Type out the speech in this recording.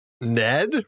Ned